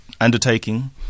undertaking